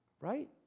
right